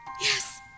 Yes